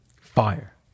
fire